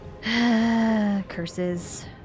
Curses